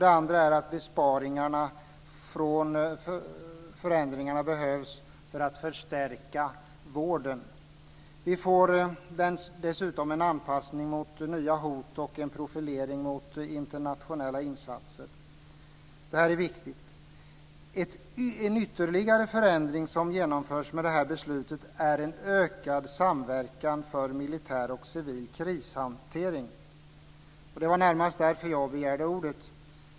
Det andra är att besparingarna från förändringarna behövs för att förstärka vården. Vi får dessutom en anpassning till nya hot och en profilering mot internationella insatser. Det är viktigt. En ytterligare förändring som genomförs med detta beslut är en ökad samverkan för militär och civil krishantering. Det var närmast därför jag begärde ordet.